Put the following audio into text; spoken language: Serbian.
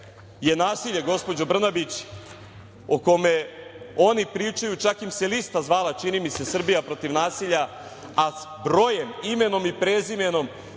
je nasilje, gospođo Brnabić, o kome oni pričaju, čak im se i lista zvala, čini mi se, Srbija protiv nasilja, a brojem, imenom i prezimenom